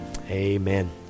Amen